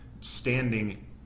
standing